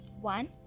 One